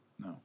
No